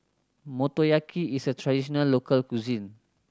motoyaki is a traditional local cuisine